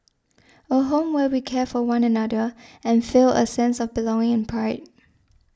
a home where we care for one another and feel a sense of belonging and pride